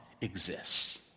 exists